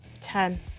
Ten